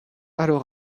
alors